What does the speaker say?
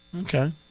Okay